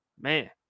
Man